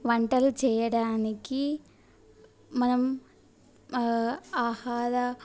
వంటలు చేయడానికి మనం ఆహార